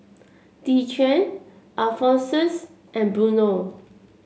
Dequan Alphonsus and Bruno